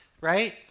right